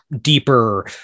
deeper